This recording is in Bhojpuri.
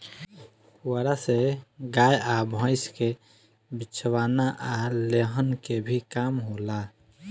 पुआरा से गाय आ भईस के बिछवाना आ लेहन के भी काम होला